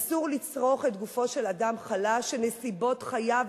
אסור לצרוך את גופו של אדם חלש שנסיבות חייו,